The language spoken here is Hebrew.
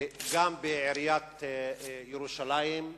וגם בעיריית ירושלים,